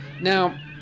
Now